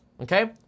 okay